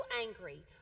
angry